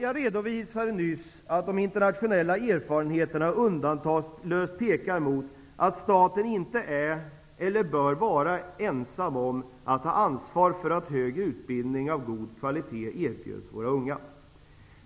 Jag redovisade nyss att de internationella erfarenheterna undantagslöst pekar mot att staten inte är eller bör vara ensam om att ta ansvar för att hög utbildning av god kvalitet erbjuds våra unga.